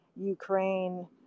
Ukraine